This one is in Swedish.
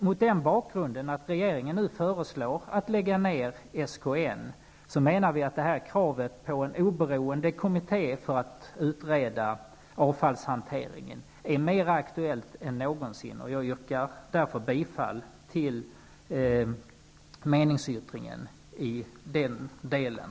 Mot bakgrund av att regeringen nu föreslår att SKN skall läggas ned menar vi att kravet på en oberoende kommitté som skall utreda avfallshanteringen är mer aktuellt än någonsin. Jag yrkar därför bifall till meningsyttringen i den delen.